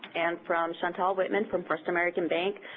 and from chantal wittman from first american bank,